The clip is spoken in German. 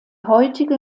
heutige